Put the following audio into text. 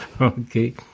okay